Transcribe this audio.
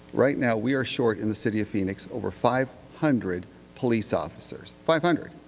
right now, we are short in the city of phoenix over five hundred police officers. five hundred.